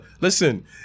Listen